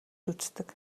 үздэг